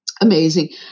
amazing